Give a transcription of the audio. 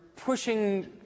pushing